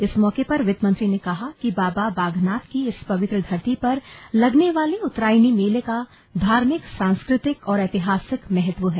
इस मौके पर वित्त मंत्री ने कहा कि बाबा बागनाथ की इस पवित्र धरती पर लगने वाले उत्तरायणी मेले का धार्मिक सांस्कृतिक और ऐतिहासिक महत्व है